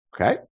okay